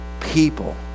people